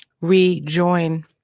rejoin